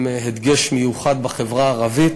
עם דגש מיוחד בחברה הערבית.